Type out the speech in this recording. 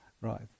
Right